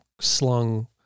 slung